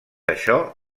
això